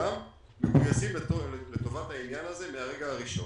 מגויסים לטובת העניין הזה מהרגע הראשון.